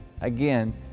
Again